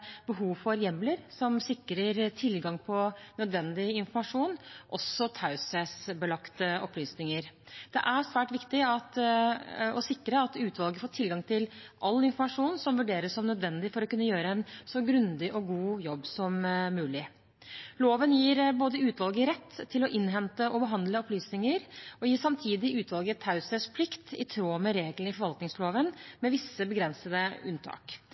behov for hjemler som sikrer tilgang på nødvendig informasjon, også taushetsbelagte opplysninger. Det er svært viktig å sikre at utvalget får tilgang til all informasjon som vurderes som nødvendig for å kunne gjøre en så grundig og god jobb som mulig. Loven gir utvalget både rett til å innhente og behandle opplysninger og samtidig en taushetsplikt i tråd med reglene i forvaltningsloven, med visse begrensede unntak.